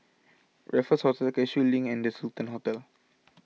Raffles Hospital Cashew Link and the Sultan Hotel